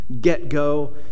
get-go